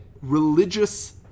religious